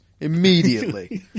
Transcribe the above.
immediately